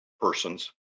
Persons